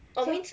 sure